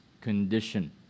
condition